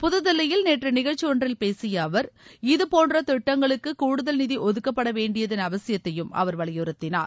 புதுதில்லியில் நேற்று நிகழ்ச்சி ஒன்றில் பேசிய அவர் இதபோன்ற திட்டங்களுக்கு கூடுதல் நிதி ஒதுக்கப்படவேண்டியதன் அவசியத்தையும் அவர் வலியுறுத்தினார்